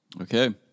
Okay